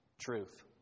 truth